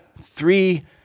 three